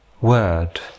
word